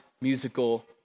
musical